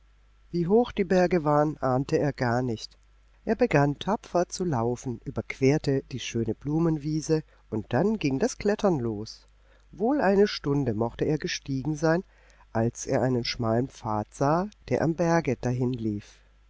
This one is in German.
wie hoch die berge waren ahnte er gar nicht er begann tapfer zu laufen überquerte die schöne blumenwiese und dann ging das klettern los wohl eine stunde mochte er gestiegen sein als er einen schmalen pfad sah der am berge dahinlief